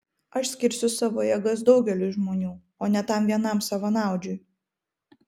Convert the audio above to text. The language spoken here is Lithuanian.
aš skirsiu savo jėgas daugeliui žmonių o ne tam vienam savanaudžiui